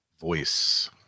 voice